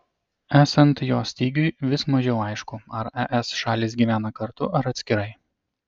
esant jo stygiui vis mažiau aišku ar es šalys gyvena kartu ar atskirai